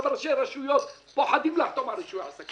ראשי הרשויות פוחדים לחתום על רישוי עסקים.